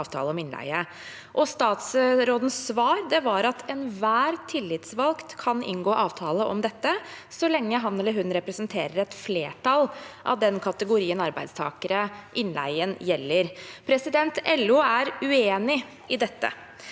Statsrådens svar var at enhver tillitsvalgt kan inngå avtale om dette så lenge han eller hun representerer et flertall av den kategorien arbeidstakere innleien gjelder. LO er uenig i dette.